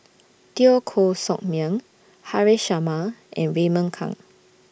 Teo Koh Sock Miang Haresh Sharma and Raymond Kang